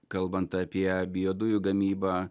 kalbant apie biodujų gamybą